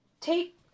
take